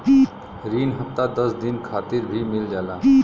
रिन हफ्ता दस दिन खातिर भी मिल जाला